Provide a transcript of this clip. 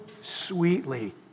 sweetly